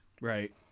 Right